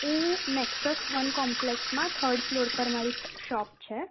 હું Nexus one કોમ્પલેક્ષમાં થડ ફ્લોર પર મારી શોપ છે